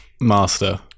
master